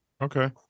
Okay